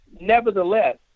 nevertheless